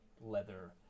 leather